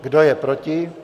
Kdo je proti?